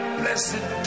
blessed